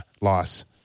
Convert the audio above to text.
loss